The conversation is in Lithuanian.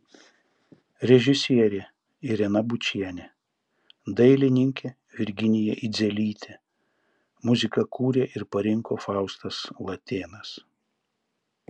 režisierė irena bučienė dailininkė virginija idzelytė muziką kūrė ir parinko faustas latėnas